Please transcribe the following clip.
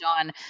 on